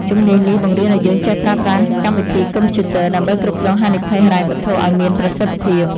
ជំនាញនេះបង្រៀនឱ្យយើងចេះប្រើប្រាស់កម្មវិធីកុំព្យូទ័រដើម្បីគ្រប់គ្រងហានិភ័យហិរញ្ញវត្ថុឱ្យមានប្រសិទ្ធភាព។